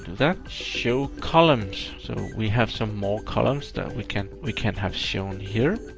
that. show columns. so, we have some more columns that we can we can have shown here.